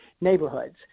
neighborhoods